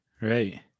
Right